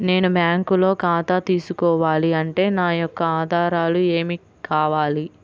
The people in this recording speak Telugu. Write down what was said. నేను బ్యాంకులో ఖాతా తీసుకోవాలి అంటే నా యొక్క ఆధారాలు ఏమి కావాలి?